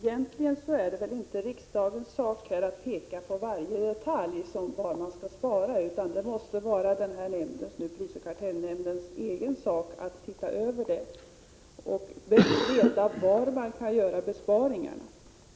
Herr talman! Det är egentligen inte riksdagens sak att i detalj peka på var det skall sparas, utan det måste vara prisoch kartellnämndens egen sak att undersöka det och beräkna var det kan göras besparingar.